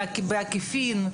בעקיפין,